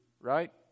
right